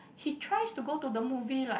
he tries to go to the movie like